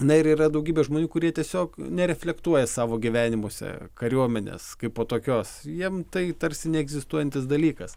na ir yra daugybė žmonių kurie tiesiog nereflektuoja savo gyvenimuose kariuomenės kaipo tokios jiem tai tarsi neegzistuojantis dalykas